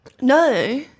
No